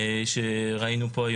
מהסיפור.